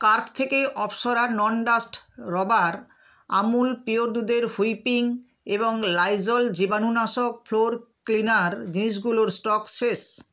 cart থেকে Apsara non dust rubber Amul pure দুধের whipping এবং লাইজল জীবাণুনাশক ফ্লোর ক্লিনার জিনিসগুলোর স্টক শেষ